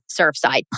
Surfside